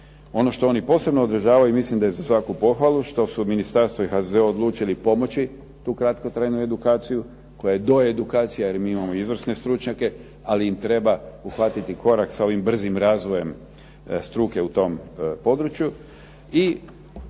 Ono što oni posebno odražavaju i mislim da je za svaku pohvalu, što su ministarstvo i HZZO odlučili pomoći tu kratkotrajnu edukaciju koja je doedukacija jer mi imamo izvrsne stručnjake, ali im treba uhvatiti korak sa ovim brzim razvojem struke u tom području